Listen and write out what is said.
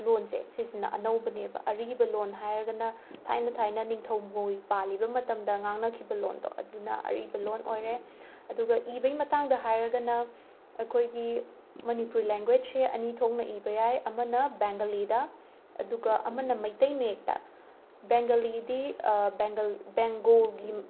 ꯂꯣꯟꯁꯦ ꯁꯤꯁꯤꯅ ꯑꯅꯧꯕꯅꯦꯕ ꯑꯔꯤꯕ ꯂꯣꯟ ꯍꯥꯏꯔꯒꯅ ꯊꯥꯏꯅ ꯊꯥꯏꯅ ꯅꯤꯡꯊꯧ ꯃꯣꯏ ꯄꯥꯜꯂꯤꯕ ꯃꯇꯝꯗ ꯉꯥꯡꯅꯈꯤꯕ ꯂꯣꯟꯗꯣ ꯑꯗꯨꯅ ꯑꯔꯤꯕ ꯂꯣꯟ ꯑꯣꯏꯔꯦ ꯑꯗꯨꯒ ꯏꯕꯒꯤ ꯃꯇꯥꯡꯗ ꯍꯥꯏꯔꯒꯅ ꯑꯩꯈꯣꯏꯒꯤ ꯃꯅꯤꯄꯨꯔꯤ ꯂꯦꯡꯒ꯭ꯋꯦꯖꯁꯦ ꯑꯅꯤ ꯊꯣꯛꯅ ꯏꯕ ꯌꯥꯏ ꯑꯃꯅ ꯕꯦꯡꯒꯂꯤꯗ ꯑꯗꯨꯒ ꯑꯃꯅ ꯃꯩꯇꯩ ꯃꯌꯦꯛꯇ ꯕꯦꯡꯒꯂꯤꯗꯤ ꯕꯦꯡꯒꯜ ꯕꯦꯡꯒꯣꯜꯒꯤ